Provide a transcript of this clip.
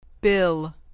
Bill